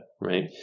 right